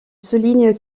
souligne